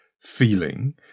feeling